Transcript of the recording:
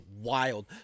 wild